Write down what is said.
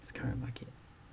it's current market